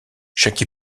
chaque